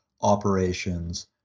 operations